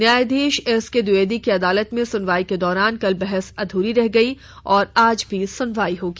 न्यायाधीश एसके द्विवेदी की अदालत में सुनवाई के दौरान कल बहस अधूरी रह गयी और आज भी सुनवाई होगी